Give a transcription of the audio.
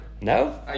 No